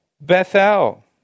Bethel